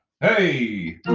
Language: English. Hey